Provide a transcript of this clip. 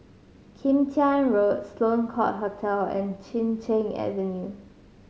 Kim Tian Road Sloane Court Hotel and Chin Cheng Avenue